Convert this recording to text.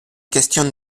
question